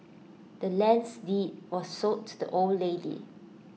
the land's deed was sold to the old lady